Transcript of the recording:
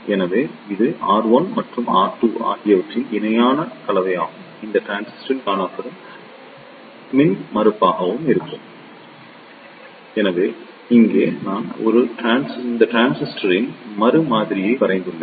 எனவே இது R1 மற்றும் R2 ஆகியவற்றின் இணையான கலவையாகவும் இந்த டிரான்சிஸ்டரால் காணப்படும் மின்மறுப்பாகவும் இருக்கும் எனவே இங்கே நான் இந்த டிரான்சிஸ்டரின் மறு மாதிரியை வரைந்துள்ளேன்